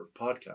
podcast